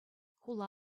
хула